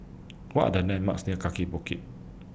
What Are The landmarks near Kaki Bukit